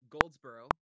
Goldsboro